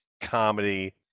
comedy